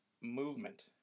movement